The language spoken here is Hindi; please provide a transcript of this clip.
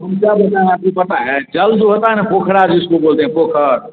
हम क्या बताएँ अभी पता है जल जो होता है ना पोखरा जिसको बोलते हैं पोखर